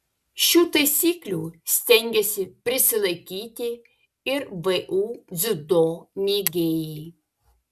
šių taisyklių stengiasi prisilaikyti ir vu dziudo mėgėjai